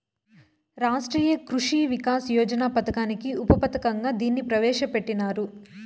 రాష్ట్రీయ కృషి వికాస్ యోజన పథకానికి ఉప పథకంగా దీన్ని ప్రవేశ పెట్టినారు